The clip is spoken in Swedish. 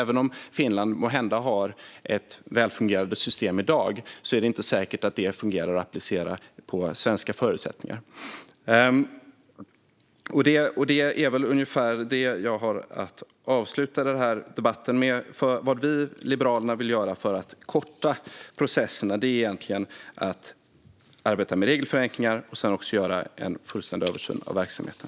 Även om Finland måhända har ett välfungerande system i dag är det inte säkert att det fungerar att applicera på svenska förutsättningar. Det är ungefär det jag har att avsluta debatten med. Vad vi i Liberalerna vill göra för att korta processerna är att arbeta med regelförenklingar och också göra en fullständig översyn av verksamheten.